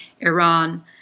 Iran